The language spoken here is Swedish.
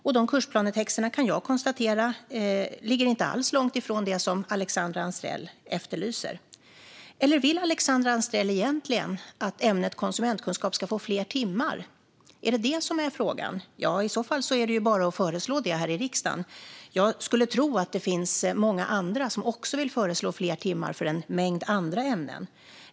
Jag kan konstatera att de kursplanetexterna inte alls ligger långt från det som Alexandra Anstrell efterlyser. Eller vill Alexandra Anstrell egentligen att ämnet konsumentkunskap ska få fler timmar? Är det detta som är frågan? I så fall är det bara att föreslå det här i riksdagen. Jag skulle tro att det finns många andra som också vill föreslå fler timmar för en mängd andra ämnen.